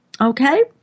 Okay